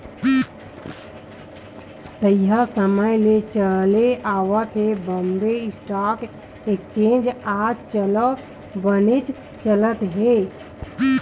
तइहा समे ले चले आवत ये बॉम्बे स्टॉक एक्सचेंज आज घलो बनेच चलत हे